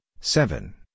seven